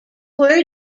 were